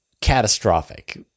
catastrophic